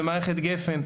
במערכת גפ"ן,